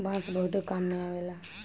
बांस बहुते काम में अवेला